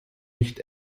nicht